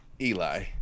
Eli